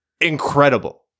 Incredible